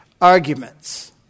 arguments